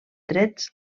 trets